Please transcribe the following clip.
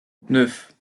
neuf